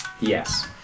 Yes